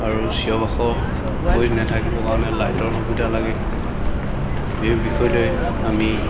আৰু চিঞৰ বাখৰ হৈ নেথাকিবৰ কাৰণে লাইটৰ সুবিধা লাগে সেই বিষয়লৈ আমি